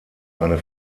eine